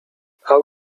how